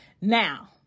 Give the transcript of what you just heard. Now